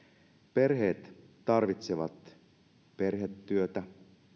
perheet tarvitsevat perhetyötä